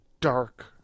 dark